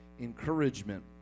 encouragement